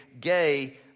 gay